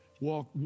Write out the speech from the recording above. walk